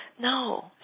No